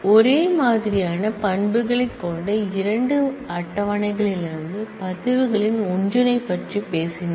ஒரே மாதிரியான ஆட்ரிபூட்ஸ் களைக் கொண்ட இரண்டு டேபிள் களிலிருந்து ரெக்கார்ட் களின் ஒன்றிணைப்பைப் பற்றி பேசினோம்